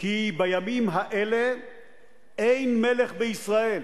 כי בימים האלה אין מלך בישראל,